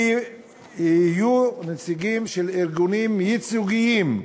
שיהיו נציגים של ארגונים ייצוגיים,